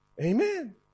Amen